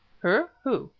her? who?